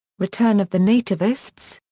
return of the nativists?